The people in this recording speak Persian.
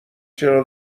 چرا